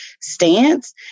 stance